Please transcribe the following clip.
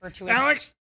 Alex